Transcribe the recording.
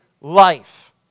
life